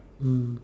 mm